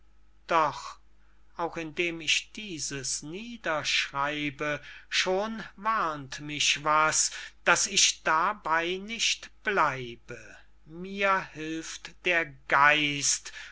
doch auch indem ich dieses niederschreibe schon warnt mich was daß ich dabey nicht bleibe mir hilft der geist